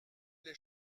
les